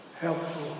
helpful